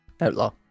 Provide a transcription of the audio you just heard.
outlaw